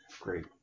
Great